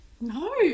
No